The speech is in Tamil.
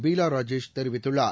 பீலா ராஜேஷ் தெரிவித்துள்ளார்